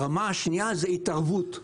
הרמה השנייה זה התערבות.